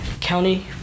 county